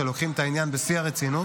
שלוקחים את העניין בשיא הרצינות